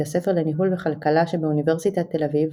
הספר לניהול וכלכלה שבאוניברסיטת תל אביב,